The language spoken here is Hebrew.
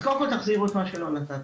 אז קודם כל תחזירו את מה שלא נתתם.